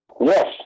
Yes